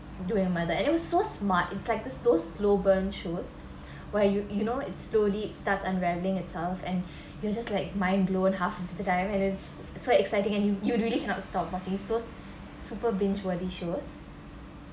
doing murder and it was so smart it's like those slow burn shows where you you know it's slowly start unraveling itself and you're just like mind blown half of the time and it's so exciting and you you really cannot stop watching it's so super binge worthy shows